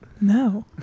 No